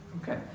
Okay